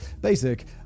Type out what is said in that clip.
basic